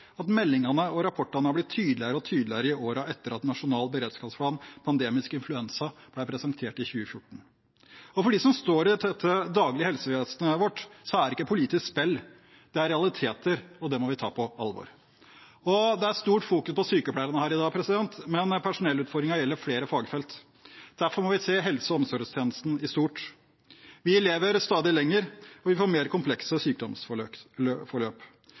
at meldingene og rapportene har blitt tydeligere og tydeligere i årene etter at Nasjonal beredskapsplan for pandemisk influensa ble presentert i 2014. For dem som står i dette til daglig i helsevesenet vårt, er det ikke politisk spill. Det er realiteter, og det må vi ta på alvor. Det fokuseres mye på sykepleierne her i dag, men personellutfordringen gjelder flere fagfelt. Derfor må vi se helse- og omsorgstjenesten i stort. Vi lever stadig lenger, og vi får mer komplekse